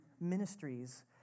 ministries